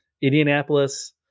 Indianapolis